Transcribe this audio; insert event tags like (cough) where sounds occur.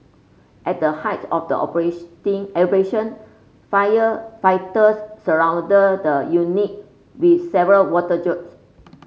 at the height of the (unintelligible) operation firefighters surrounded the unit with several water jets